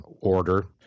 order